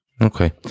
Okay